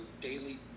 daily